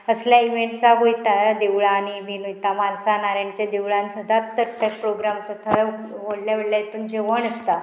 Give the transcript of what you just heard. असल्या इव्हेंट्साक वयता देवळांनी बीन वयता मानसानारायणच्या देवळान सदांत तर तें प्रोग्राम आसा थंय व्हडले व्हडल्या हितून जेवण आसता